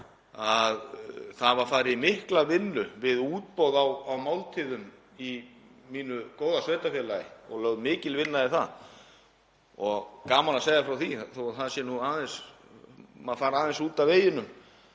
að það var farið í mikla vinnu við útboð á máltíðum í mínu góða sveitarfélagi og lögð mikil vinna í það og gaman að segja frá því, þó að maður fari aðeins út af veginum